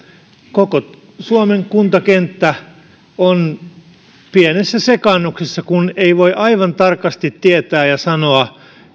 koko suomen kuntakenttä on pienessä sekaannuksessa kun ei voi aivan tarkasti tietää ja sanoa